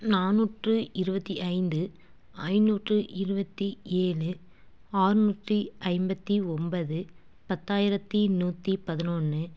நானூற்று இருபத்தி ஐந்து ஐநூற்று இருபத்தி ஏழு ஆறுநூத்தி ஐம்பத்து ஒன்பது பத்தாயிரத்து நூற்றி பதினொன்று